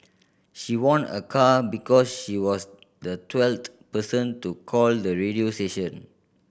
she won a car because she was the twelfth person to call the radio station